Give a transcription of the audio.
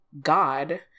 God